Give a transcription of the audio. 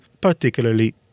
particularly